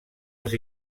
els